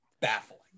baffling